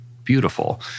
beautiful